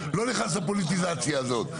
אני לא נכנס לפוליטיזציה הזאת.